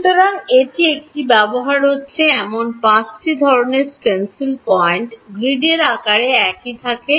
সুতরাং এটি এটি ব্যবহার করা হচ্ছে এমন পাঁচটি ধরণের স্টেনসিল পয়েন্ট গ্রিডের আকার একই থাকে